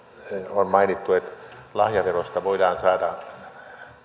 on mainittu että lahjaverosta voidaan saada